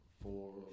Four